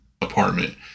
apartment